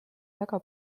väga